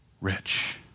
rich